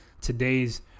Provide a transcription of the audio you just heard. today's